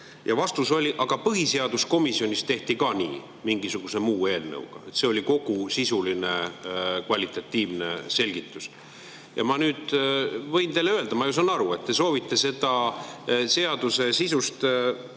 Ja vastus oli: "Aga põhiseaduskomisjonis tehti ka nii." Mingisuguse muu eelnõuga. See oli kogu sisuline, kvalitatiivne selgitus. Ja ma nüüd võin teile öelda, ma ju saan aru, et te soovite seda seaduse sisust